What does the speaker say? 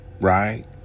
right